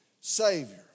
Savior